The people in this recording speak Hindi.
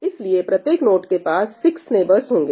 इसलिए प्रत्येक नोड के पास 6 नेबर्स होंगे